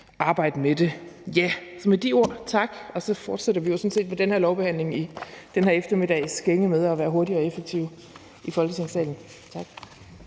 arbejde med det. Med de ord vil jeg sige tak, og så ender vi jo sådan set med den her lovbehandling denne eftermiddag med også med at være hurtige og effektive i Folketingssalen. Kl.